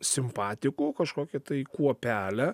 simpatikų kažkokią tai kuopelę